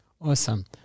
Awesome